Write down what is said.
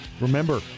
Remember